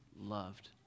loved